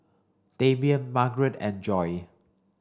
Damien Margarette and Joi